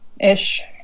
ish